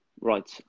right